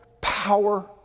power